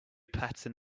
pattern